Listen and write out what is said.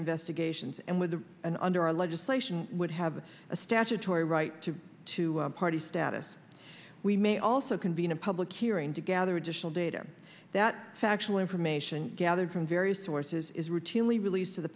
investigations and with an under our legislation would have a statutory right to two party status we may also convene a public hearing to gather additional data that factual information gathered from various sources is routinely released to the